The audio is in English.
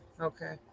Okay